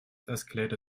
escalator